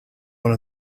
one